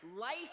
Life